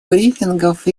брифингов